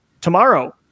tomorrow